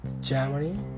Germany